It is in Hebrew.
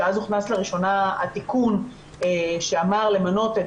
שאז הוכנס לראשונה התיקון שאמר למנות את